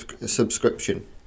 subscription